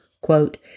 Quote